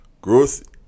growth